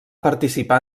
participar